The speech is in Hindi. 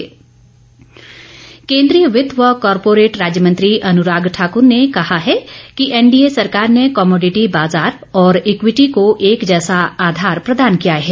अनुराग ठाकुर केन्द्रीय वित्त व कॉरपोरेट राज्य मंत्री अनुराग ठाक्र ने कहा है कि एनडीए सरकार ने कमोडिटी बाजार और इक्विटी को एक जैसा आधार प्रदान किया है